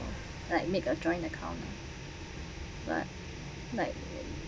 like make a joint account but like